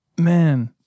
Man